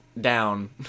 down